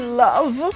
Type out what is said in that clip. love